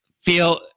feel